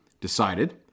decided